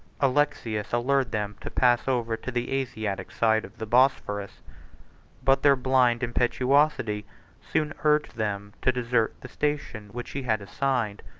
alexius allured them to pass over to the asiatic side of the bosphorus but their blind impetuosity soon urged them to desert the station which he had assigned,